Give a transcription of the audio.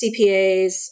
CPAs